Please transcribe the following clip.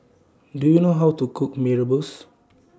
Do YOU know How to Cook Mee Rebus